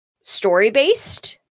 story-based